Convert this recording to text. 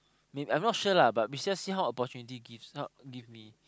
maybe I'm not sure lah but we just see how opportunity gives gives me